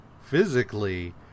physically